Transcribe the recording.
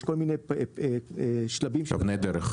יש כל מיני שלבים בדרך.